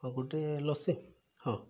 ହଁ ଗୋଟେ ଲସି ହଁ